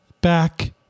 back